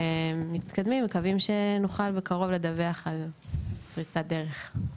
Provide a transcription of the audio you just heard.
ומתקדמים ומקווים שנוכל בקרוב לדווח על פריצת דרך.